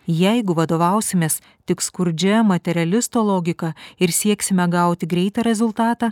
jeigu vadovausimės tik skurdžia materialisto logika ir sieksime gauti greitą rezultatą